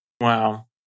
wow